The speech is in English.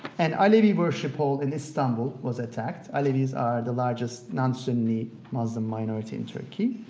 an alevi worship hall in istanbul was attacked. alevis are the largest non-sunni muslim minority in turkey.